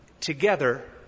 Together